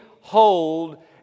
hold